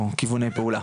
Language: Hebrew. או כיווני פעולה,